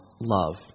love